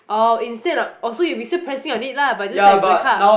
or instead of oh so you will be still pressing on it lah but just that with the cup